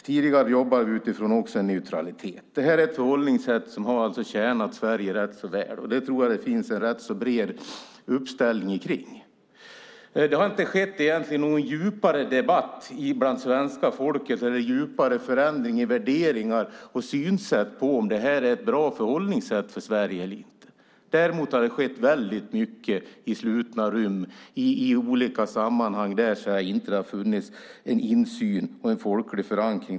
Tidigare jobbade vi även utifrån neutraliteten. Det har varit ett förhållningssätt som tjänat Sverige ganska väl, och jag tror att det finns en rätt bred uppslutning kring det. Egentligen har det inte förekommit någon djupare debatt eller skett någon djupare förändring i värderingarna och synsättet, alltså om det är ett bra förhållningssätt eller inte. Däremot har det skett mycket i slutna rum utan insyn och folkförankring.